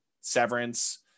Severance